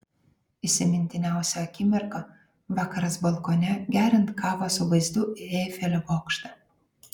įsimintiniausia akimirka vakaras balkone geriant kavą su vaizdu į eifelio bokštą